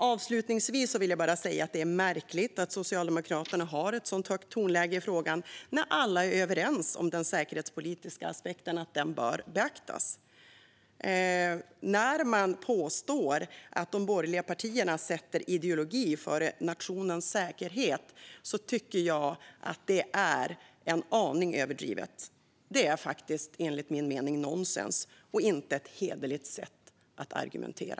Avslutningsvis vill jag säga att det är märkligt att Socialdemokraterna har ett så högt tonläge i frågan, när alla är överens om att den säkerhetspolitiska aspekten bör beaktas. När man påstår att de borgerliga partierna sätter ideologi före nationens säkerhet tycker jag att det är en aning överdrivet. Det är enligt min mening faktiskt nonsens och inte ett hederligt sätt att argumentera.